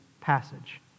passage